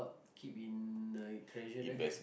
keep in the treasure there